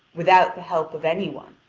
without the help of any one.